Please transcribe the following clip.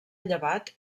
llevat